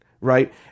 right